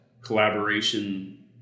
collaboration